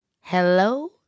Hello